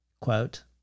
quote